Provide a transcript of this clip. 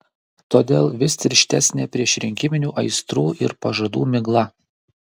todėl vis tirštesnė priešrinkiminių aistrų ir pažadų migla